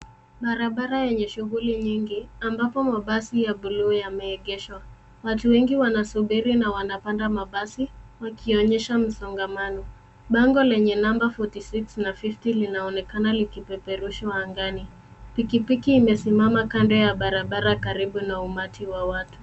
Barabara yenye shughuli nyingi, ambapo mabasi ya buluu yameegeshwa. Watu wengi wanasubiri na wanapanda mabasi wakionyesha msongamano. Bango lenye namba 46 na 50 linaonekana linaonekana likipeperushwa angani. Pikipiki imesimama kando ya barabara karibu na umati wa watu.